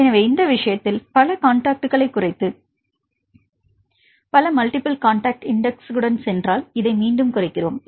எனவே இந்த விஷயத்தில் பல காண்டாக்ட்களைக் குறைத்து பல மல்டிபிள் காண்டாக்ட் இண்டெக்ஸ் டன் சென்றால் இதை மீண்டும் குறைக்கிறோம்